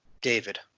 David